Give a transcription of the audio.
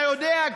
אתה יודע,